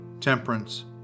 temperance